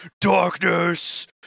Darkness